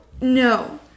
no